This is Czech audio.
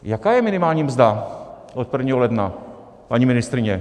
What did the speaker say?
Jaká je minimální mzda od 1. ledna, paní ministryně?